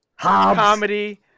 comedy